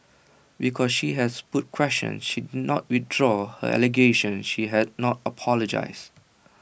because she has put questions she did not withdraw her allegation she has not apologised